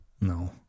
No